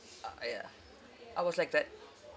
uh ah ya I was like that